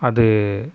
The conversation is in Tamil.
அது